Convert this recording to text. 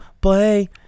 play